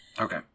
Okay